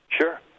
Sure